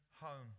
home